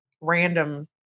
random